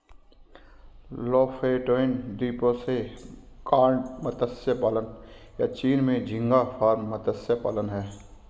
Lofoten द्वीपों से cod मत्स्य पालन, या चीन में झींगा फार्म मत्स्य पालन हैं